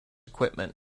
equipment